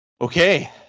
Okay